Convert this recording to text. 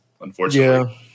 unfortunately